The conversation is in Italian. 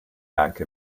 anche